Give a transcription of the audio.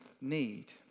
need